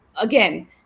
again